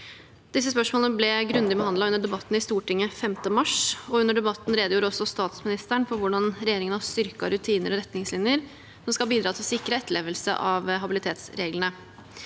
Disse spørsmålene ble grundig behandlet under debatten i Stortinget 5. mars. Under debatten redegjorde statsministeren også for hvordan regjeringen har styrket rutiner og retningslinjer som skal bidra til å sikre etterlevelse av habilitetsreglene.